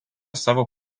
savo